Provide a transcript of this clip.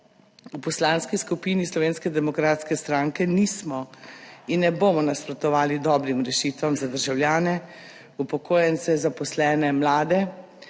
V Poslanski skupini Slovenske demokratske stranke nismo in ne bomo nasprotovali dobrim rešitvam za državljane, upokojence, zaposlene, mlade,